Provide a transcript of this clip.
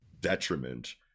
detriment